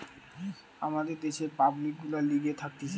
আমাদের দ্যাশের পাবলিক গুলার লিগে থাকতিছে